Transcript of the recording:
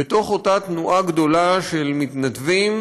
בתוך אותה תנועה גדולה של מתנדבים,